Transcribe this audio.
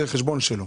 זה החשבון שלו,